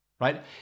right